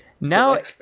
No